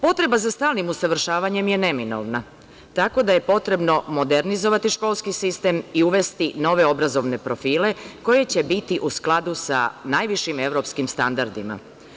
Potreba za stalnim usavršavanjem je neminovna, tako da je potrebno modernizovati školski sistem i uvesti nove obrazovne profile koji će biti u skladu sa najvišim evropskim standardima.